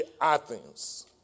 Athens